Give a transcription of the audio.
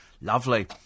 Lovely